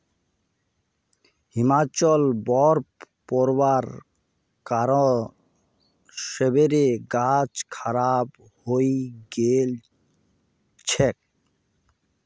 हिमाचलत बर्फ़ पोरवार कारणत सेबेर गाछ खराब हई गेल छेक